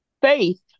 Faith